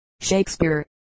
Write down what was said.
Shakespeare